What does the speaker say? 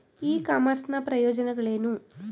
E commerce ನ ಪ್ರಯೋಜನಗಳೇನು?